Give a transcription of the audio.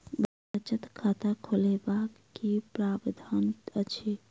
बचत खाता खोलेबाक की प्रावधान अछि?